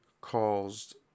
caused